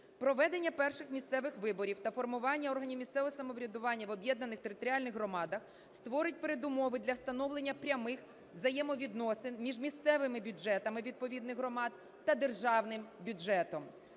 Проведення перших місцевих виборів та формування органів місцевого самоврядування в об'єднаних територіальних громадах створить передумови для встановлення прямих взаємовідносин між місцевими бюджетами відповідних громад та державним бюджетом.